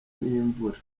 n’imvura